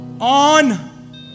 on